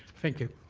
thank you.